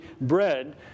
bread